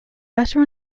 better